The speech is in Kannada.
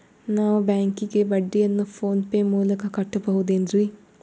ನಾವು ಬ್ಯಾಂಕಿಗೆ ಬಡ್ಡಿಯನ್ನು ಫೋನ್ ಪೇ ಮೂಲಕ ಕಟ್ಟಬಹುದೇನ್ರಿ?